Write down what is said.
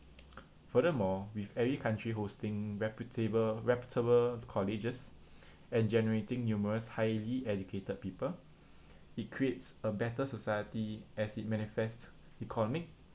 furthermore with every country hosting reputable reputable colleges and generating numerous highly educated people it creates a better society as it manifest economic